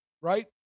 Right